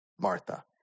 Martha